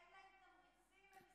אין להם תמריצים ממשרד הכלכלה.